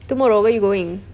tomorrow where are you going